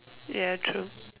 ya true